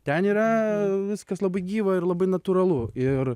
ten yra viskas labai gyva ir labai natūralu ir